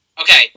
Okay